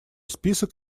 список